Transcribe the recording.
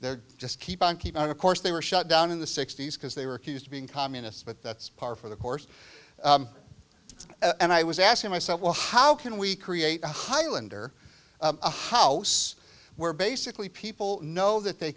they're just keep on keeping on of course they were shut down in the sixty's because they were accused of being communists but that's par for the course and i was asking myself well how can we create a hylander a house where basically people know that they